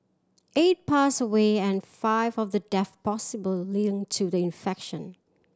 eight passed away and five of the deaths possibly linked to the infection